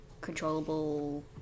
controllable